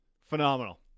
phenomenal